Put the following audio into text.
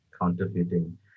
counterfeiting